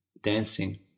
dancing